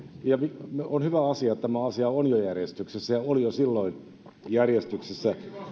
on hyvä asia että tämä asia on jo järjestyksessä ja oli jo silloin järjestyksessä